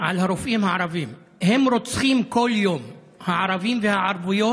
על הרופאים הערבים: "הערבים והערביות